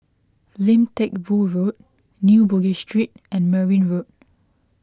Lim Teck Boo Road New Bugis Street and Merryn Road